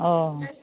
অঁ